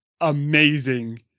amazing